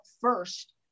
first